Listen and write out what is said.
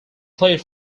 played